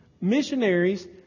missionaries